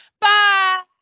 Bye